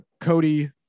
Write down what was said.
Cody